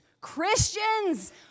Christians